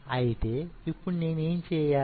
అయితే ఇప్పుడు నేనేం చేయాలి